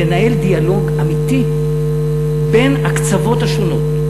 לנהל דיאלוג אמיתי בין הקצוות השונים,